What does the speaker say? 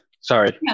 Sorry